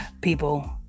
people